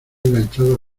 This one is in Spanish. enganchado